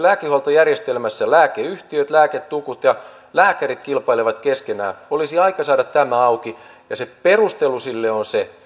lääkehuoltojärjestelmässä lääkeyhtiöt lääketukut ja lääkärit kilpailevat keskenään olisi aika saada tämä auki ja se perustelu sille on se